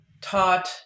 taught